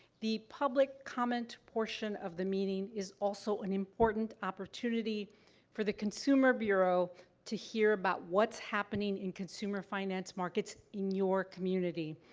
the public comment portion of the meeting is also an important opportunity for the consumer bureau to hear about what's happening in consumer finance markets in your community.